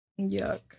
Yuck